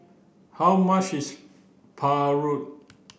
how much is Paru